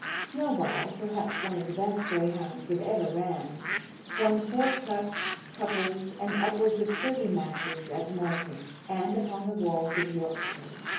snowball perhaps one of the best greyhounds that ever ran won four cups, couples, and upwards of thirty matches, at malton, and upon the wolds of yorkshire.